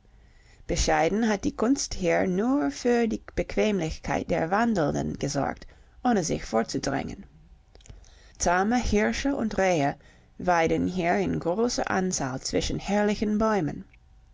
bescheiden hat die kunst hier nur für die bequemlichkeit der wandelnden gesorgt ohne sich vorzudrängen zahme hirsche und rehe weiden hier in großer anzahl zwischen herrlichen bäumen